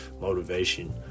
motivation